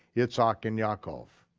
yitzhak, and yaakov?